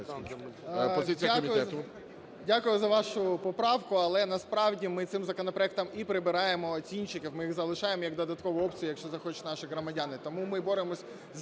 Дякую за вашу поправку, але насправді ми цим законопроектом і прибираємо оцінщиків, ми їх залишаємо як додаткову опцію, якщо захочуть наші громадяни.